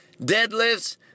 deadlifts